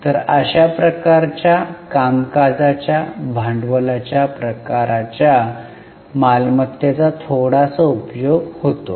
तर अशा प्रकारच्या कामकाजाच्या भांडवलाच्या प्रकारच्या मालमत्तेचा थोडासा उपयोग होतो